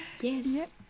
yes